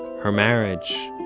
her marriage,